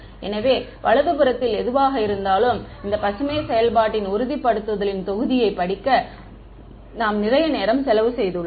எனவே வலதுபுறத்தில் எதுவாக இருந்தாலும் இந்த பசுமை செயல்பாட்டின் Green's functions உறுதிப்படுத்துதலின் தொகுதியை படிக்க நாம் நிறைய நேரம் செலவு செய்துள்ளோம்